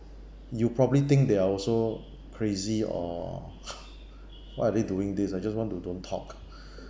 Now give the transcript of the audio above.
you probably think they are also crazy or why are they doing this ah just want to don't talk